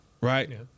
right